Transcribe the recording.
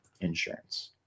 insurance